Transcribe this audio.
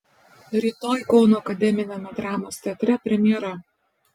rytoj kauno akademiniame dramos teatre premjera